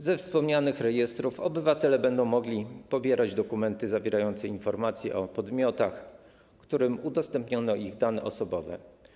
Ze wspomnianych rejestrów obywatele będą mogli pobierać dokumenty zawierające informacje o podmiotach, którym udostępniono ich dane osobowe.